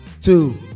two